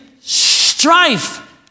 strife